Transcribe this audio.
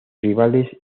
rivales